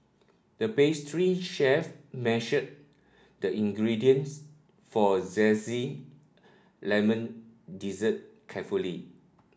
the pastry chef measured the ingredients for a zesty lemon dessert carefully